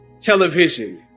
television